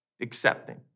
accepting